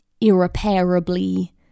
irreparably